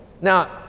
Now